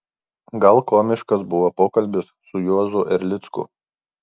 gal komiškas buvo pokalbis su juozu erlicku